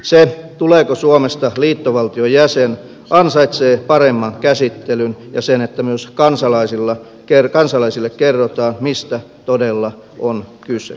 se tuleeko suomesta liittovaltion jäsen ansaitsee paremman käsittelyn ja sen että myös kansalaisille kerrotaan mistä todella on kyse